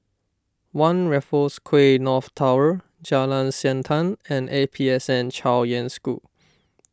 one Raffles Quay North Tower Jalan Siantan and A P S N Chaoyang School